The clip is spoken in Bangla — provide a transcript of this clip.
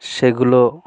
সেগুলো